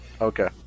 okay